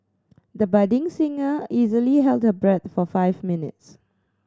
the budding singer easily held her breath for five minutes